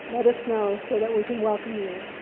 let us know so that we can welcome you.